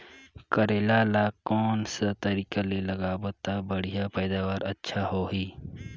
करेला ला कोन सा तरीका ले लगाबो ता बढ़िया पैदावार अच्छा होही?